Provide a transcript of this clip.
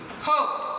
hope